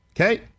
Okay